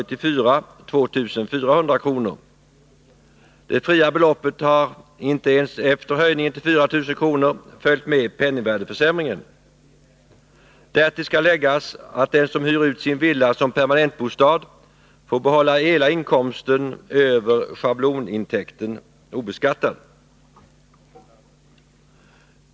fr.o.m. 1974. Det fria beloppet har inte ens efter höjningen till 4000 kr. följt med penningvärdeförsämringen. Därtill skall läggas att den som hyr ut sin villa som permanentbostad får behålla hela inkomsten över schablonintäkten obeskattad.